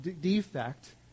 defect